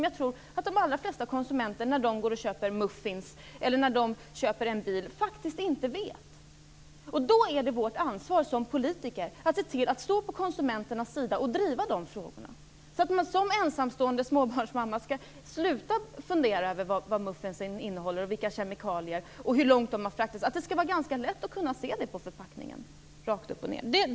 Jag tror att de allra flesta konsumenter av muffins eller bilar faktiskt inte har den kunskapen. Då är det vårt ansvar som politiker att se till att stå på konsumenternas sida och driva de frågorna. En ensamstående småbarnsmamma skall kunna sluta fundera över vad ett muffin innehåller, om det har fraktats långt osv. Det skall vara ganska lätt att se det på förpackningen.